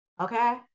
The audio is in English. Okay